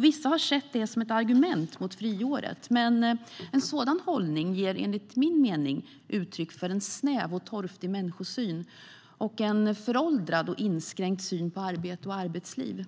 Vissa har sett det som ett argument mot friåret. En sådan hållning ger enligt min mening uttryck för en snäv och torftig människosyn och en föråldrad och inskränkt syn på arbete och arbetsliv.